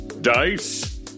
Dice